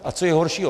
A co je horšího?